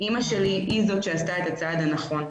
אימא שלי היא זאת שעשתה את הצעד הנכון,